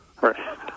Right